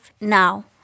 now